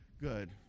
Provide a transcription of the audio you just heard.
Good